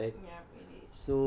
ya it is